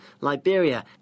Liberia